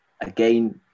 again